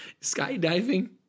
Skydiving